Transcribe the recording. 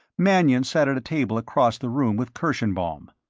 mannion sat at a table across the room with kirschenbaum.